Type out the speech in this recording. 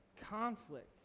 Conflict